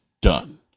done